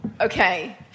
Okay